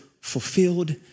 fulfilled